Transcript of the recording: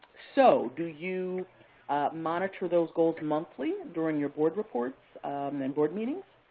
so do you monitor those goals monthly during your board reports and and board meetings?